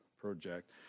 project